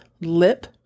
lip